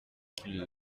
qu’il